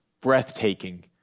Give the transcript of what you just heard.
breathtaking